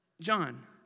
John